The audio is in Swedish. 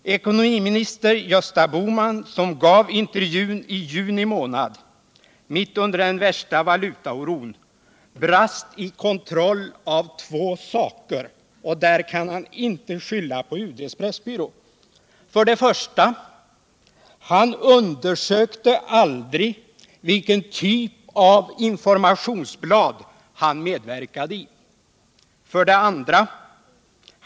Ekonomiminister Gösta Bohman, som gav intervjun i juni månad — mitt under den värsta valutaoron — brast i kontroll av två saker, och där kan han inte skylla på UD:s pressbyrå: 1. Han undersökte aldrig vilken typ av informationsblad han medverkade 2.